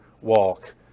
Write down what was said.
walk